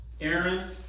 Aaron